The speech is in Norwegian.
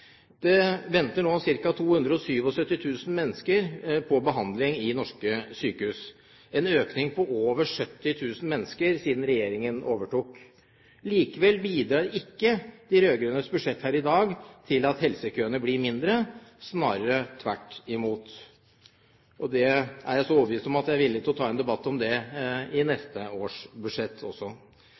Nå venter ca. 277 000 mennesker på behandling i norske sykehus – en økning på over 70 000 mennesker siden regjeringen overtok. Likevel bidrar ikke de rød-grønnes budsjett her i dag til at helsekøene blir mindre, snarere tvert imot. Det er jeg så overbevist om at jeg er villig til å ta en debatt om det i forbindelse med neste års budsjett også.